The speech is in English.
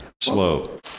slow